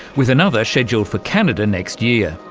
with another scheduled for canada next year.